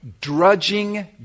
drudging